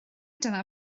dyna